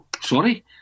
Sorry